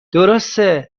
درسته